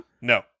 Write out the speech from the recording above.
No